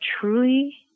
truly